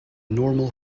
normal